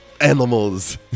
animals